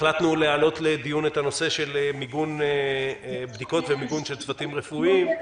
החלטנו להעלות את הנושא של מיגון בדיקות ומיגון של צוותים רפואיים.